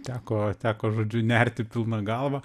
teko teko žodžiu nerti pilna galva